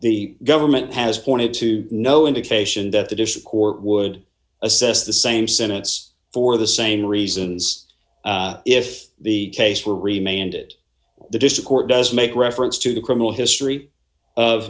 the government has pointed to no indication that the dish court would assess the same sentence for the same reasons if the case were remained it the dish court does make reference to the criminal history of